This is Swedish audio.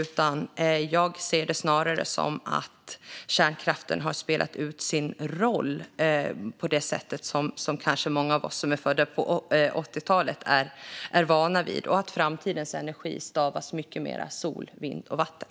Jag ser det snarare som att kärnkraften, sådan många av oss som är födda på 80-talet kanske är vana vid den, har spelat ut sin roll. Framtidens energi stavas mycket mer sol, vind och vatten.